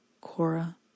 cora